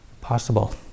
possible